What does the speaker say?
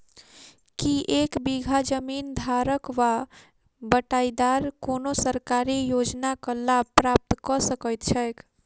की एक बीघा जमीन धारक वा बटाईदार कोनों सरकारी योजनाक लाभ प्राप्त कऽ सकैत छैक?